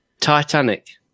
Titanic